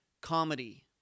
Comedy